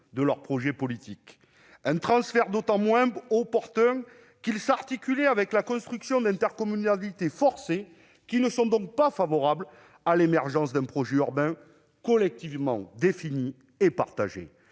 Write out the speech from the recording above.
de leur projet politique. Un transfert d'autant moins opportun qu'il s'articulait avec la construction d'intercommunalités forcées, ce qui n'est pas favorable à l'émergence d'un projet urbain collectivement défini et partagé.